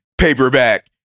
paperback